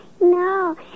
No